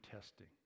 testing